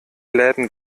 läden